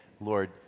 Lord